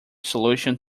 solution